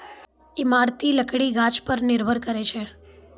इमारती लकड़ी गाछ पर निर्भर करै छै